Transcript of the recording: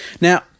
Now